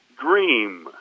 dream